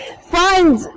find